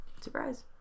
Surprise